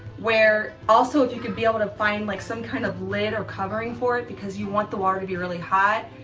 where also if you could be able to find like some kind of lid or covering for it, because you want the water to be really hot,